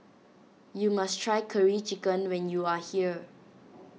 you must try Curry Chicken when you are here